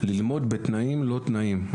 ללמוד בתנאים-לא-תנאים.